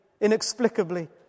inexplicably